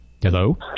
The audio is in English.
Hello